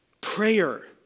Prayer